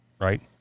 right